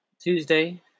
Tuesday